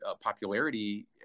popularity